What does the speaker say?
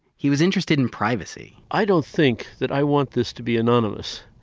he was interested in privacy i don't think that i want this to be anonymous.